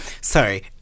sorry